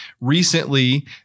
Recently